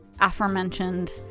aforementioned